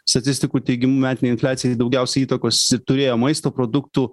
statistikų teigimu metinei infliacijai daugiausiai įtakos turėjo maisto produktų